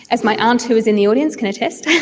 as my aunt who is in the audience can attest.